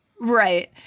Right